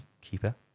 keeper